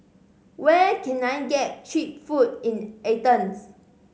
where can I get cheap food in Athens